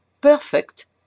Perfect